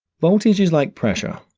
voltage is like pressure.